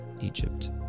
Egypt